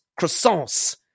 croissants